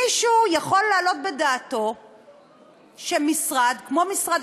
מישהו יכול להעלות בדעתו שמשרד כמו משרד